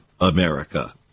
America